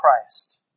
Christ